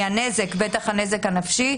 מהנזק, בטח הנזק הנפשי.